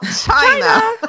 China